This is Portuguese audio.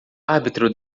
árbitro